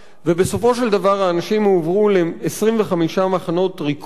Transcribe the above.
ובסופו של דבר האנשים הועברו ל-25 מחנות ריכוז.